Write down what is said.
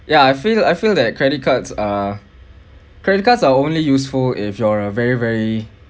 ya I feel I feel that credit cards are credit cards are only useful if you're a very very